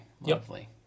lovely